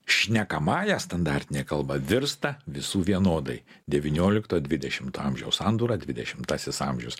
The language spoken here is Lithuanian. šnekamąja standartinė kalba virsta visų vienodai devyniolikto dvidešmto amžiaus sandūra dvidešimtasis amžius